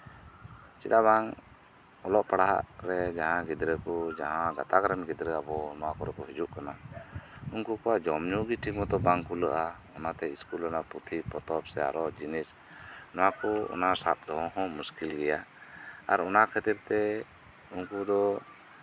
ᱪᱮᱫᱟᱜ ᱵᱟᱝ ᱚᱞᱚᱜ ᱯᱟᱲᱦᱟᱜ ᱨᱮ ᱡᱟᱦᱟᱸ ᱜᱤᱫᱽᱨᱟᱹ ᱠᱚ ᱡᱟᱦᱟᱸ ᱜᱟᱛᱟᱠ ᱨᱮᱱ ᱜᱤᱫᱽᱨᱟᱹ ᱟᱵᱚ ᱱᱚᱣᱟ ᱠᱚᱨᱮ ᱠᱚ ᱦᱤᱡᱩᱜ ᱠᱟᱱᱟ ᱩᱱᱩ ᱠᱚᱣᱟᱜ ᱡᱚᱢᱼᱧᱩ ᱜᱮ ᱴᱷᱤᱠ ᱢᱚᱛᱚ ᱵᱟᱝ ᱠᱩᱞᱟᱹᱜᱼᱟ ᱚᱱᱟᱛᱮ ᱤᱥᱠᱩᱞ ᱨᱮᱱᱟᱜ ᱯᱩᱛᱷᱤᱼᱯᱚᱛᱚᱵ ᱥᱮ ᱟᱨᱚ ᱡᱤᱱᱤᱥ ᱚᱱᱟ ᱠᱚ ᱚᱱᱟ ᱥᱟᱵ ᱫᱚᱦᱚ ᱦᱚᱸ ᱢᱩᱥᱠᱤᱞ ᱜᱮᱭᱟ ᱟᱨ ᱚᱱᱟ ᱠᱷᱟᱹᱛᱤᱨ ᱛᱮ ᱩᱱᱠᱩ ᱫᱚ